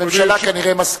הממשלה כנראה מסכימה.